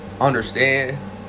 understand